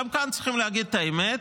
גם כאן צריכים להגיד את האמת: